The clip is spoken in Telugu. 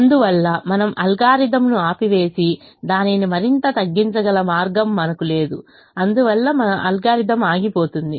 అందువల్ల మనము అల్గోరిథంను ఆపివేసి దానిని మరింత తగ్గించగల మార్గం మనకు లేదు అందువల్ల అల్గోరిథం ఆగిపోతుంది